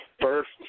first